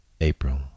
April